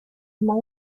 más